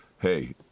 Hey